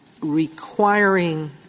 requiring